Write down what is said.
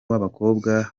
w’abakobwa